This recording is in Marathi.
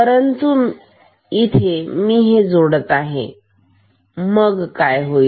परंतु इथे मी हे जोडत आहे मग काय होईल